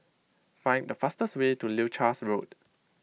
find the fastest way to Leuchars Road